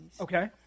Okay